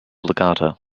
legato